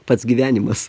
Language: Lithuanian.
pats gyvenimas